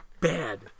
bad